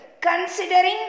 considering